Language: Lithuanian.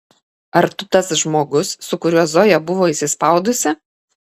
ar tu tas žmogus su kuriuo zoja buvo įsispaudusi